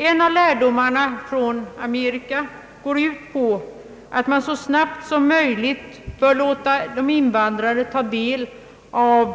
En av lärdomarna från Amerika går ut på att man så snabbt som möjligt bör låta de invandrade ta del av